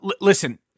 listen